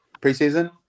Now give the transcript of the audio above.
preseason